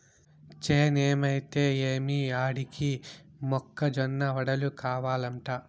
చేనేమైతే ఏమి ఆడికి మొక్క జొన్న వడలు కావలంట